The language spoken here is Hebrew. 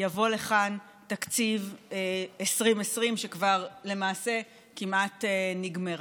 יבוא לכאן תקציב 2020, שכבר למעשה כמעט נגמרה.